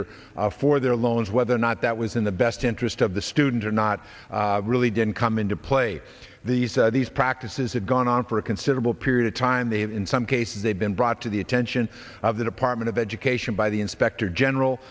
lender for their loans whether or not that was in the best interest of the students or not really didn't come into play these these practices have gone on for a considerable period of time they have in some cases they've been brought to the attention of the department of education by the inspector general